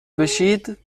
بشید